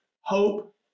hope